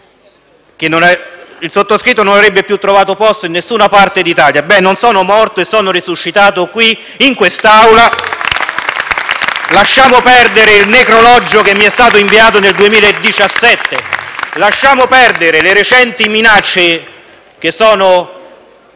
il sottoscritto non avrebbe più trovato posto in nessuna parte d'Italia. Beh, non sono morto e sono resuscitato qui, in quest'Aula. *(Applausi dal Gruppo M5S)*. Lasciamo perdere il necrologio che mi è stato inviato nel 2017; lasciamo perdere le recenti minacce che hanno